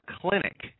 clinic